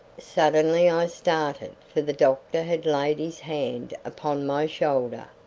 suddenly i started, for the doctor had laid his hand upon my shoulder.